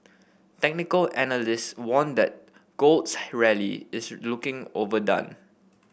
technical analysts warned that gold's rally is looking overdone